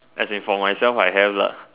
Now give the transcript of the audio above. as in for myself I have lah